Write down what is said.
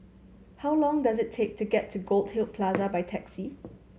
how long does it take to get to Goldhill Plaza by taxi